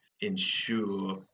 ensure